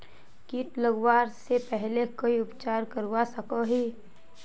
किट लगवा से पहले कोई उपचार करवा सकोहो ही?